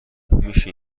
میشه